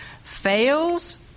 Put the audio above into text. fails